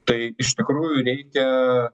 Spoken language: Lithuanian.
tai iš tikrųjų reikia